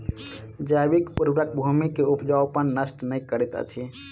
जैविक उर्वरक भूमि के उपजाऊपन नष्ट नै करैत अछि